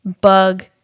bug